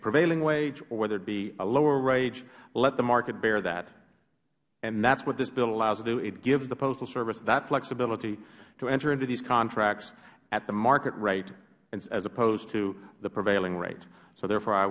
prevailing wage or whether it be a lower wage let the market bear that and that is what this bill allows to do it gives the postal service that flexibility to enter into these contracts at the market rate as opposed to the prevailing rate so therefore i